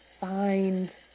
find